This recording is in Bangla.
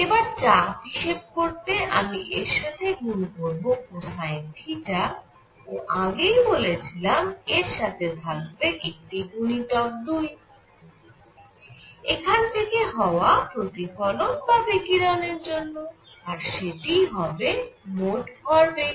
এবার চাপ হিসেব করতে আমি এর সাথে গুন করব কোসাইন থিটা ও আগেই বলেছিলাম এর সাথে থাকবে একটি গুণিতক দুই এখান থেকে হওয়া প্রতিফলন বা বিকিরণের জন্য আর সেটিই হবে মোট ভরবেগ